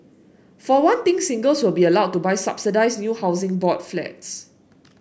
for one thing singles will be allowed to buy subsidised new Housing Board Flats